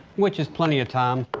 which is plenty of time.